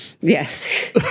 Yes